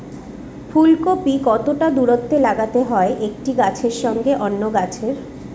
ফুলকপি কতটা দূরত্বে লাগাতে হয় একটি গাছের সঙ্গে অন্য গাছের?